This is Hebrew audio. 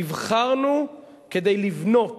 נבחרנו כדי לבנות